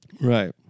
Right